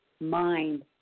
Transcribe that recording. mind